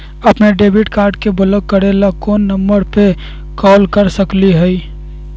अपन debit card के block करे ला कौन नंबर पे कॉल कर सकली हई?